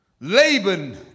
Laban